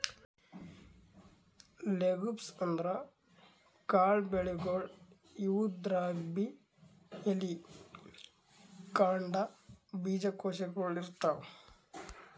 legumes ಅಂದ್ರ ಕಾಳ್ ಬೆಳಿಗೊಳ್, ಇವುದ್ರಾಗ್ಬಿ ಎಲಿ, ಕಾಂಡ, ಬೀಜಕೋಶಗೊಳ್ ಇರ್ತವ್